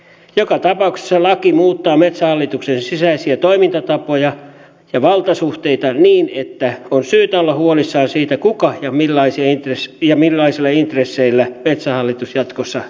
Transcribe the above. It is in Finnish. joka tapauksessa laki muuttaa metsähallituksen sisäisiä toimintatapoja ja valtasuhteita niin että on syytä olla huolissaan siitä kuka ja millaisilla intresseillä metsähallitusta jatkossa johtaa